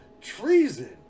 treason